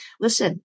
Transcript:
listen